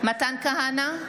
מתן כהנא,